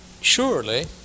surely